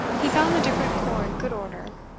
he found the different corps in good order,